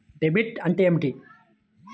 Debit అంటే ఏమిటి?